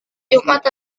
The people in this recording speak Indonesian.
jumat